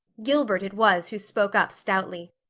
gilbert it was who spoke up stoutly.